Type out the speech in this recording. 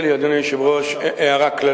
אדוני היושב-ראש, תרשה לי לומר הערה כללית: